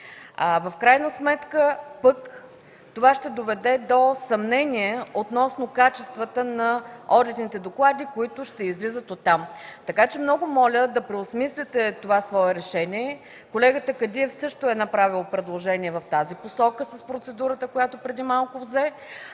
В крайна сметка пък това ще доведе до съмнение относно качествата на одитните доклади, които ще излизат оттам. Така че много моля да преосмислите това свое решение. Колегата Кадиев също е направил предложение в тази посока с процедурата, която преди малко взе,